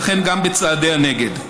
לכן גם בצעדי הנגד.